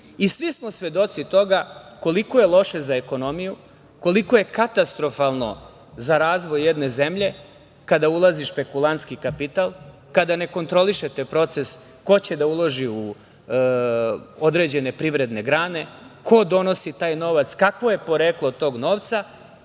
Svi smo svedoci toga koliko je loše za ekonomiju, koliko je katastrofalno za razvoj jedne zemlje kada ulazi špekulantski kapital, kada ne kontrolišete proces ko će da uloži u određene privredne grane, ko donosi taj novac, kakvo je poreklo tog novca.